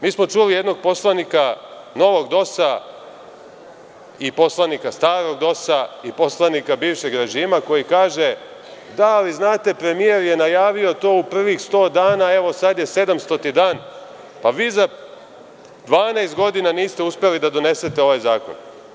Mi smo čuli jednog poslanika novog DOS-a, i poslanika starog DOS-a, i poslanika bivšeg režima koji kaže – da, ali znate premijer je najavio to u prvih 100 dana, evo sad je sedamstoti dan, pa vi za 12 godina niste uspeli da donesete ovaj zakon.